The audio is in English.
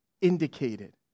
indicated